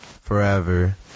forever